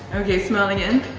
okay smell again.